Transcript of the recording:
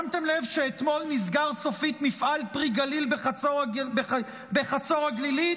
שמתם לב שאתמול נסגר סופית מפעל פרי הגליל בחצור הגלילית?